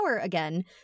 again